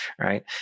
right